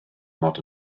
mod